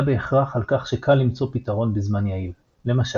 בהכרח על כך שקל למצוא פתרון בזמן יעיל - למשל,